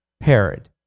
Herod